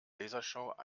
lasershow